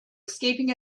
escaping